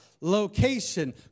location